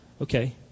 Okay